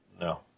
No